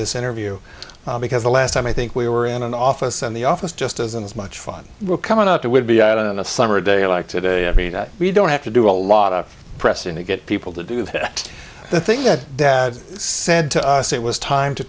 this interview because the last time i think we were in an office and the office just isn't as much fun we're coming out there would be out on a summer day like today if we don't have to do a lot of pressing to get people to do that the thing that dad said to us it was time to